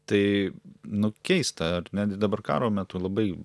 tai nu keista ar ne tai dabar karo metu labai